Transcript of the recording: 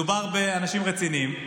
מדובר באנשים רציניים,